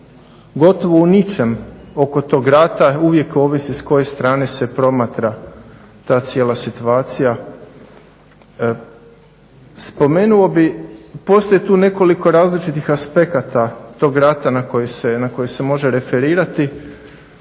gotovo u ničemu oko tog rata, uvijek ovisi s koje strane se promatra ta cijela situacija. Spomenuo bih, postoji tu nekoliko različitih aspekata tog rata na koji se može referirati.